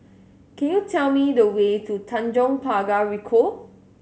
can you tell me the way to Tanjong Pagar Ricoh